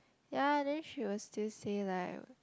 ya and then she will still say like